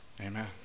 Amen